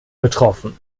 betroffen